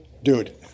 Dude